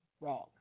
wrong